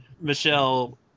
Michelle